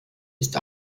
ist